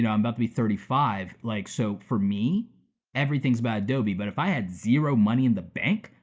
know, i'm about to be thirty five, like so for me everything's about adobe, but if i had zero money in the bank,